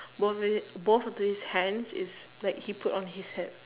both of it both of his hands is like he put on his hips